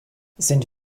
sind